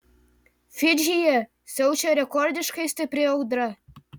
fidžyje siaučia rekordiškai stipri audra